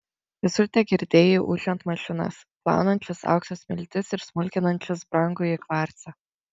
visur tegirdėjai ūžiant mašinas plaunančias aukso smiltis ir smulkinančias brangųjį kvarcą